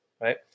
right